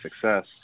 success